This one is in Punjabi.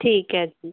ਠੀਕ ਹੈ ਜੀ